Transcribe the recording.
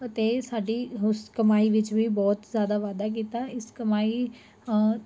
ਅਤੇ ਸਾਡੀ ਉਸ ਕਮਾਈ ਵਿੱਚ ਵੀ ਬਹੁਤ ਜਿਆਦਾਂ ਵਾਧਾ ਕੀਤਾ ਇਸ ਕਮਾਈ ਧੰਨਵਾਦ